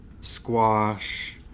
squash